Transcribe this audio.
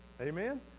amen